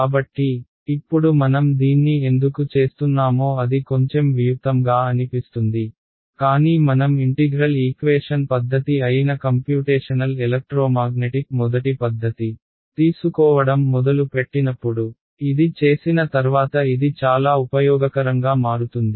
కాబట్టి ఇప్పుడు మనం దీన్ని ఎందుకు చేస్తున్నామో అది కొంచెం వియుక్తం గా అనిపిస్తుంది కానీ మనం ఇంటిగ్రల్ ఈక్వేషన్ పద్ధతి అయిన కంప్యూటేషనల్ ఎలక్ట్రోమాగ్నెటిక్ మొదటి పద్ధతి తీసుకోవడం మొదలు పెట్టినప్పుడు ఇది చేసిన తర్వాత ఇది చాలా ఉపయోగకరంగా మారుతుంది